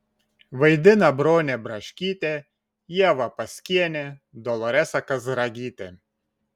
vaidina bronė braškytė ieva paskienė doloresa kazragytė